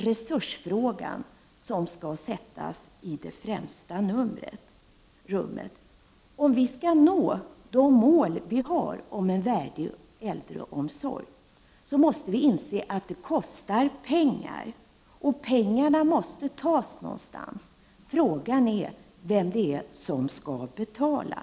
Resursfrågan skall sättas i det främsta rummet. Om vi skall kunna nå de mål vi har när det gäller en värdig äldreomsorg, måste vi inse att det kostar pengar. Pengarna måste tas någonstans ifrån. Frågan är vem det är som skall betala.